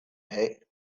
hey